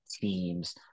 teams